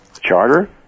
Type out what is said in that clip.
charter